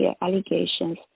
allegations